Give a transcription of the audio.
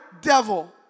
devil